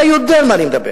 אתה יודע על מה אני מדבר.